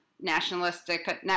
nationalistic